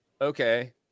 okay